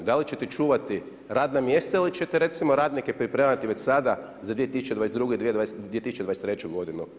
Da li ćete čuvati radna mjesta, ili ćete recimo radnike, pripremati već sada za 2022., 2023. g.